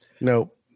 Nope